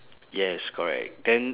yes correct then